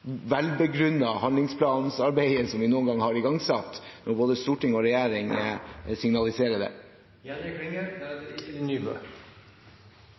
som vi noen gang har igangsatt – når både storting og regjering signaliserer